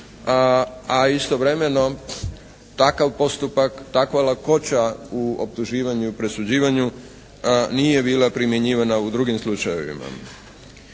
a istovremeno takav postupak, takva lakoća u optuživanju i u presuđivanju nije bila primjenjivana u drugim slučajevima.